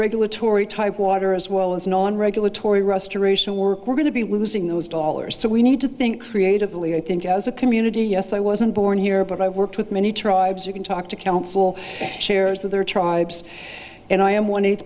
regulatory type water as well as non regulatory restoration work we're going to be losing those dollars so we need to think creatively i think as a community yes i wasn't born here but i've worked with many tribes you can talk to council shares of their tribes and i am one eight